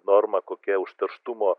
norma kokia užterštumo